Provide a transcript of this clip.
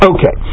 Okay